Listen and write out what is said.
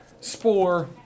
Spore